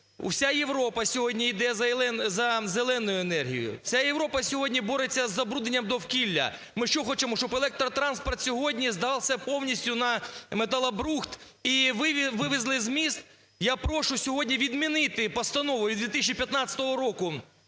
вся Європа сьогодні йде за зеленою енергією. Вся Європа сьогодні бореться з забрудненням довкілля. Ми що, хочемо, щоб електротранспорт сьогодні здався повністю на металобрухт і вивезли з міст. Я прошу сьогодні відмінити Постанову від 2015 року